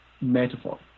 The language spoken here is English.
metaphor